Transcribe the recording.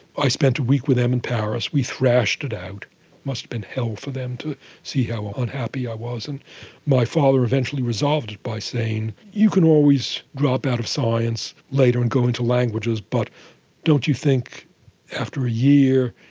i spent a week with them in paris. we thrashed it out. it must've been hell for them to see how unhappy i was. and my father eventually resolved it by saying you can always drop out of science later and go into languages, but don't you think after a year,